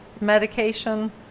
medication